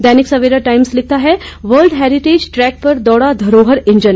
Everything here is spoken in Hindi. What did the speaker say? दैनिक सवेरा टाइम्स लिखता है वर्ल्ड हेरिटेज ट्रैक पर दौड़ा धरोहर इंजन